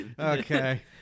okay